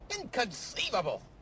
Inconceivable